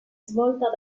svolta